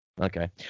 Okay